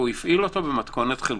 והפעילו במתכונת חלקית.